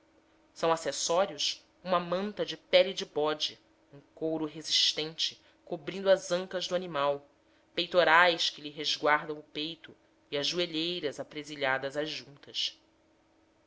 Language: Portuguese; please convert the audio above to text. são acessórios uma manta de pele de bode um couro resistente cobrindo as ancas do animal peitorais que lhe resguardam o peito e as joelheiras apresilhadas às juntas